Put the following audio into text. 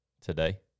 today